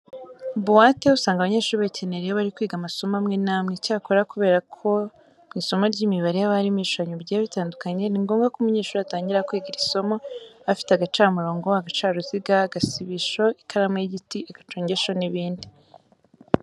Buwate usanga abanyeshuri bayikenera iyo bari kwiga amasomo amwe n'amwe. Icyakora kubera ko mu isomo ry'imibare haba harimo ibishushanyo bigiye bitandukanye, ni ngombwa ko umunyeshuri atangira kwiga iri somo afite agacamurongo, agacaruziga, agasibisho, ikaramu y'igiti, agacongesho n'ibindi.